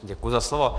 Děkuji za slovo.